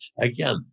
Again